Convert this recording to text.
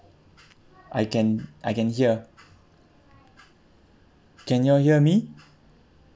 I can I can here can you all hear me